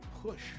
push